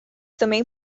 também